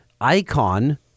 icon